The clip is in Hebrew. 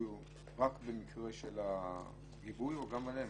רק במקרה של הגיבוי או גם עליהם?